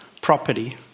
property